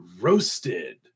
roasted